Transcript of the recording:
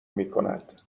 میکند